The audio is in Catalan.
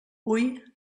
hui